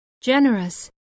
generous